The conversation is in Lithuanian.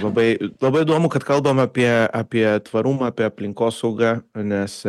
labai labai įdomu kad kalbam apie apie tvarumą apie aplinkosaugą nes